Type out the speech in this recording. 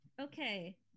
Okay